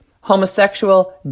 Homosexual